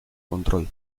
control